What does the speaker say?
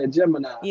Gemini